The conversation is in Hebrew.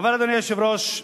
אדוני היושב-ראש,